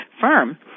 firm